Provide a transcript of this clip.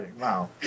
Wow